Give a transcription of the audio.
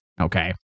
okay